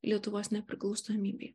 lietuvos nepriklausomybei